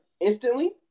instantly